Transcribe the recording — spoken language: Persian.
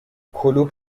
کلوپ